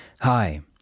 Hi